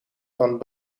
van